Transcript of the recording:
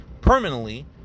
permanently